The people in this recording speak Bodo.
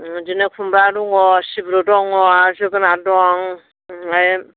बिदिनो खुमब्रा दङ सिब्रु दङ जोगोनार दं ओमफाय